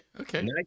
Okay